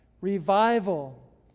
Revival